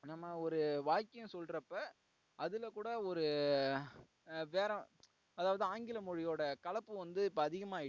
நம்ம ஒரு வாக்கியம் சொல்கிறப்ப அதில் கூட ஒரு வேற அதாவது ஆங்கில மொழியோட கலப்பு வந்து இப்போ அதிகமாகிட்டு